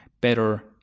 better